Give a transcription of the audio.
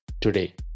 today